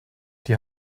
die